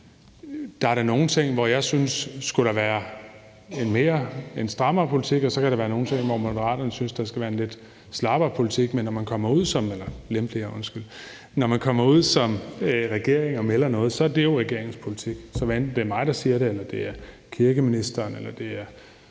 da er nogle ting, hvor jeg synes der skulle være en strammere politik, og så kan der være nogle ting, hvor Moderaterne synes der skal være en lidt slappere politik – eller lempeligere, undskyld. Men når man som regering kommer ud og melder noget, er det jo regeringens politik. Så hvad enten det er mig, der siger det, eller det kirkeministeren, eller det nu